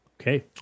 Okay